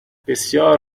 بسیار